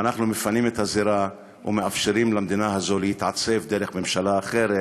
ואנחנו מפנים את הזירה ומאפשרים למדינה הזו להתעצב דרך ממשלה אחרת,